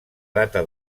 data